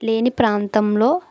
లేని ప్రాంతంలో